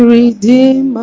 redeem